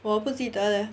我不记得 leh